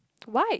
like